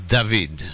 David